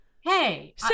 Hey